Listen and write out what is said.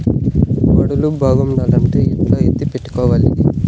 వడ్లు బాగుండాలంటే ఎట్లా ఎత్తిపెట్టుకోవాలి?